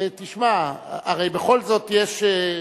תשמע, הרי בכל זאת יש,